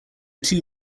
two